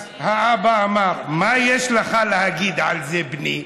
אז האבא אמר: מה יש לך להגיד על זה, בני?